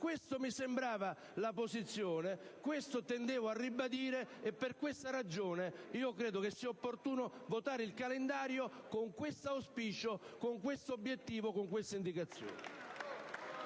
Questo mi sembra la posizione da tenere, e per questa ragione credo sia opportuno votare il calendario, con questo auspicio, con questo obiettivo e con queste indicazioni.